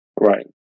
Right